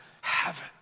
heaven